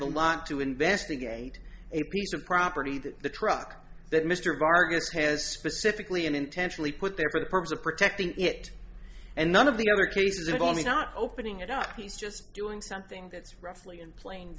lot to investigate a piece of property that the truck that mr vargas has specifically and intentionally put there for the purpose of protecting it and none of the other cases are only not opening it up he's just doing something that's roughly in plain